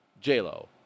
J-Lo